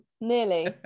Nearly